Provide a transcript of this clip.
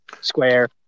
Square